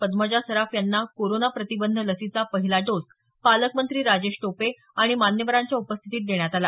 पद्मजा सराफ यांना कोरोना प्रतिबंध लसीचा पहिला डोस पालकमंत्री राजेश टोपे आणि मान्यवरांच्या उपस्थितीत देण्यात आला